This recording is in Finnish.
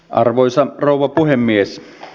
arvoisa rouva puhemies